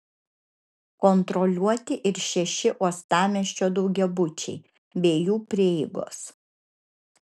kontroliuoti ir šeši uostamiesčio daugiabučiai bei jų prieigos